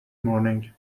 morning